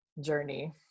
journey